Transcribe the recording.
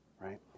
right